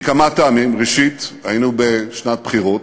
מכמה טעמים, ראשית, היינו בשנת בחירות,